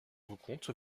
rencontre